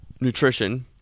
nutrition